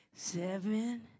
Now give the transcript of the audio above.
Seven